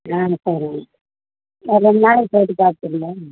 ஆ சரிங்க ஒரு ரெண்டு நாளை போட்டு பார்த்துங்களா